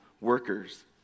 workers